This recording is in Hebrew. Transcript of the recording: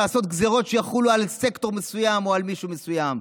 לעשות גזרות שיחולו על סקטור מסוים או על מישהו מסוים,